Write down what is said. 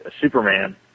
superman